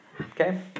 Okay